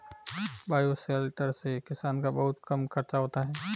bioshelter से किसान का बहुत कम खर्चा होता है